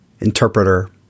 interpreter